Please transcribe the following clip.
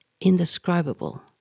indescribable